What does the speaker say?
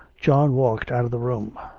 john walked out of the room.